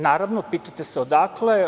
Naravno, pitate se odakle?